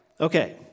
Okay